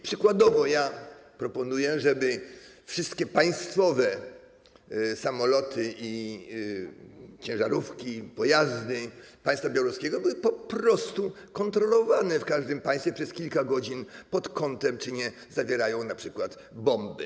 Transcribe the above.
Przykładowo proponuję, żeby wszystkie państwowe samoloty i ciężarówki, pojazdy państwa białoruskiego były po prostu kontrolowane w każdym państwie przez kilka godzin pod kątem, czy nie zawierają np. bomby.